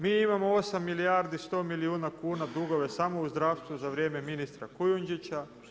Mi imamo 8 milijardi 100 milijuna kuna dugove samo u zdravstvu za vrijeme ministra Kujundžića.